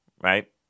right